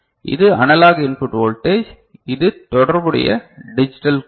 இது analog input voltage இது தொடர்புடைய டிஜிட்டல் கோட்